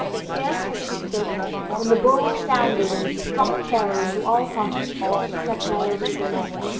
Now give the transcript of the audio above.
scarce had she spoken, when the bow sounded and struck terror into all hearts except niobe's alone.